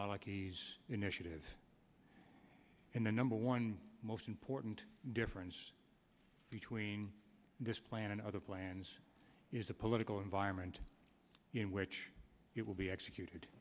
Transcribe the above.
maliki's initiative in the number one most important difference between this plan and other plans is the political environment in which it will be executed